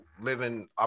living